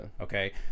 Okay